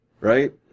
Right